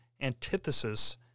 antithesis